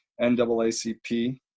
NAACP